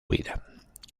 vida